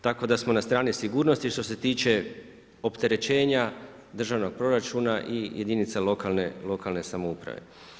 Tako da smo na strani sigurnosti što se tiče opterećenja državnog proračuna i jedinica lokalne samouprave.